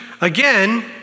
again